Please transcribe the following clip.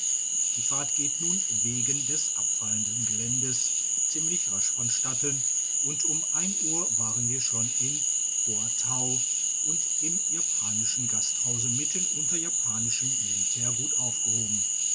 die fahrt ging nun wegen des abfallenden geländes ziemlich rasch von statten und um ein uhr waren wir schon in poatau und im japanischen gasthause mitten unter japanischem militär gut aufgehoben